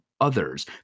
others